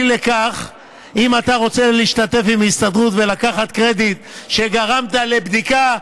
אם אתה רוצה להשתתף עם ההסתדרות ולקחת קרדיט שגרמת לבדיקה,